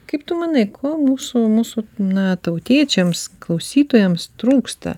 kaip tu manai ko mūsų mūsų na tautiečiams klausytojams trūksta